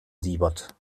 siebert